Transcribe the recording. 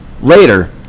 later